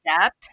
step